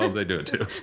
ah they do it too.